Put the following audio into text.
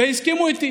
והסכימו איתי.